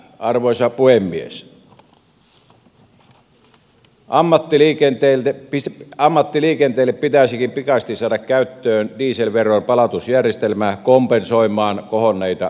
arvoisa puhemies ammattiliikenteelle pitäisikin pikaisesti saada käyttöön dieselveron palautusjärjestelmä kompensoimaan kohonneita kustannuksia